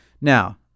Now